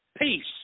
Peace